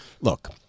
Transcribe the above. look